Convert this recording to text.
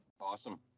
awesome